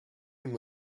and